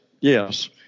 yes